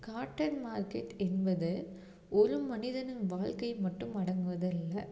cotton market என்பது ஒரு மனிதனின் வாழ்க்கையை மட்டும் அடங்குவது அல்ல